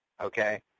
Okay